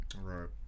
right